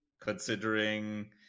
considering